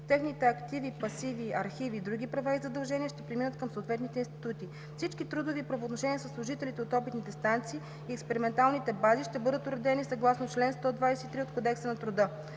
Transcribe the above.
Техните активи, пасиви, архиви и други права и задължения ще преминат към съответните институти. Всички трудови правоотношения със служителите от опитните станции и експерименталните бази ще бъдат уредени съгласно чл. 123 от Кодекса на труда.